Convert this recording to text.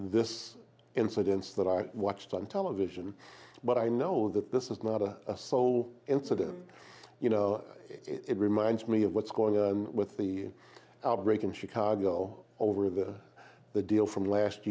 this incidence that i watched on television but i know that this is not a sole incident you know it reminds me of what's going on with the outbreak in chicago over the the deal from last